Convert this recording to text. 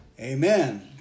Amen